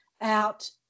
out